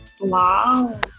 Wow